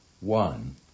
one